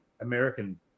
American